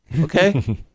okay